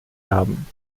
haben